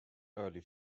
early